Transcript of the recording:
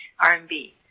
RMB